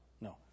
no